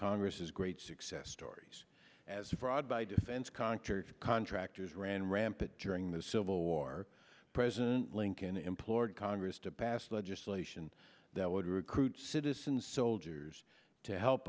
congress's great success stories as a fraud by defense contractors contractors ran rampant during the civil war president lincoln implored congress to pass legislation that would recruit citizen soldiers to help